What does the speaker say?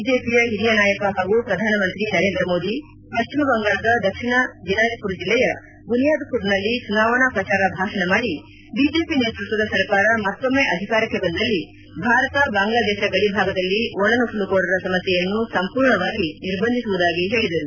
BJP ಹಿರಿಯ ನಾಯಕ ಹಾಗೂ ಶ್ರಧಾನಮಂತ್ರಿ ನರೇಂದ್ರ ಮೋದಿ ಪಶ್ಚಿಮ ಬಂಗಾಳದ ದಕ್ಷಿಣ ದಿನಾಜ್ಪುರ್ ಜಿಲ್ಲೆಯ ಬುನಿಯಾದ್ಪುರ್ನಲ್ಲಿ ಚುನಾವಣಾ ಪ್ರಚಾರ ಭಾಷಣ ಮಾಡಿ ಬಿಜೆಪಿ ನೇತೃತ್ವದ ಸರ್ಕಾರ ಮತ್ತೊಮ್ನೆ ಅಧಿಕಾರಕ್ಕೆ ಬಂದಲ್ಲಿ ಭಾರತ ಬಾಂಗ್ಲಾದೇಶ ಗಡಿ ಭಾಗದಲ್ಲಿ ಒಳನುಸುಳುಕೋರರ ಸಮಸ್ನೆಯನ್ನು ಸಂಪೂರ್ಣವಾಗಿ ನಿರ್ಬಂಧಿಸುವುದಾಗಿ ಹೇಳಿದರು